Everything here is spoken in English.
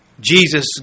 Jesus